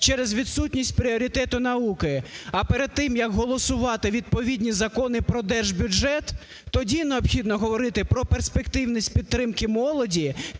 через відсутність пріоритету науки. А перед тим, як голосувати відповідні закони про держбюджет, тоді необхідно говорити про перспективність підтримки молоді,